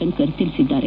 ಶಂಕರ್ ತಿಳಿಸಿದ್ದಾರೆ